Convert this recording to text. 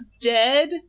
dead